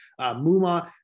Muma